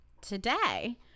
today